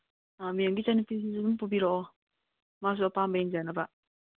ꯑꯥ ꯃꯦꯝꯒꯤ ꯏꯆꯥꯅꯨꯄꯤꯗꯨꯁꯨ ꯑꯗꯨꯝ ꯄꯨꯕꯤꯔꯛꯑꯣ ꯃꯥꯁꯨ ꯑꯄꯥꯝꯕ ꯌꯦꯡꯖꯅꯕ